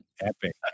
Epic